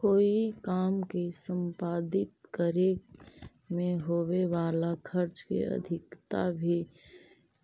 कोई काम के संपादित करे में होवे वाला खर्च के अधिकता भी